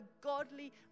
godly